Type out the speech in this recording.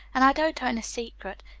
and i don't own a secret.